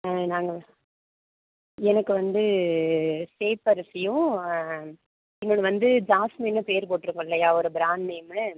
நாங்கள் எனக்கு வந்து சேப்பரிசியும் இன்னொன்று வந்து ஜாஸ்மின்னு பேர் போட்டுருக்கும் இல்லையா ஒரு ப்ராண்ட் நேம்மு